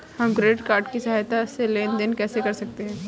हम credit card की सहायता से लेन देन कैसे कर सकते हैं?